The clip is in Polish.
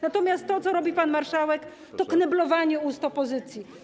Natomiast to, co robi pan marszałek, to kneblowanie ust opozycji.